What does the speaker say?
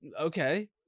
Okay